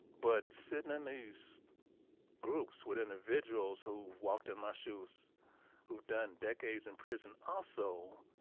but sittin' in these groups with individuals who walked in my shoes who've done decades in prison also,